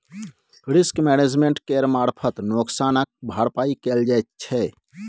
risk management केर मारफत नोकसानक भरपाइ कएल जाइ छै